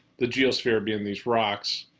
the geosphere being these rocks,